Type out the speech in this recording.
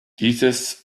dieses